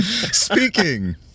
Speaking